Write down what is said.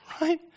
right